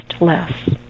less